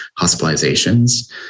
hospitalizations